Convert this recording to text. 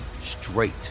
straight